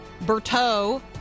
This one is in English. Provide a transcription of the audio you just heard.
Berto